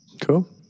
Cool